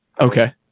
Okay